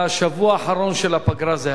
בשבוע האחרון של הפגרה זה היה,